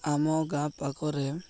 ଆମ ଗାଁ ପାଖରେ